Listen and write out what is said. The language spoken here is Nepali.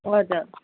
हजुर